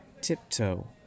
tiptoe